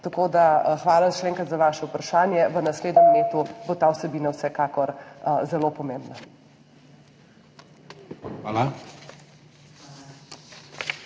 Hvala še enkrat za vaše vprašanje. V naslednjem letu bo ta vsebina vsekakor zelo pomembna.